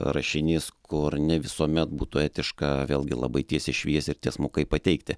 rašinys kur ne visuomet būtų etiška vėlgi labai tiesiai šviesiai ir tiesmukai pateikti